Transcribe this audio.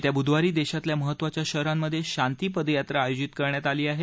येत्या बुधवारी देशातल्या महत्त्वाच्या शहरांमधे शांती पदयात्रा आयोजित करण्यात आल्या आहेत